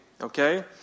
okay